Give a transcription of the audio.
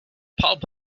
pulp